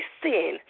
sin